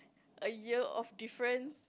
a year of difference